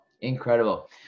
incredible